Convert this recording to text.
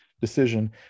decision